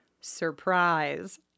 Surprise